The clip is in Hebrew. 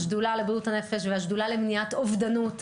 השדולה לבריאות הנפש והשדולה למניעת אובדנות,